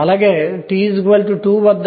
కాబట్టి ఇది 10 అవుతుంది